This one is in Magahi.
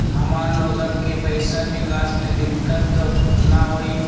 हमार लोगन के पैसा निकास में दिक्कत त न होई?